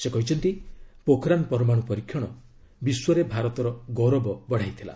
ସେ କହିଛନ୍ତି ପୋଖରାନ ପରମାଣୁ ପରୀକ୍ଷଣ ବିଶ୍ୱରେ ଭାରତର ଗୌରବ ବଡ଼ାଇଥିଲା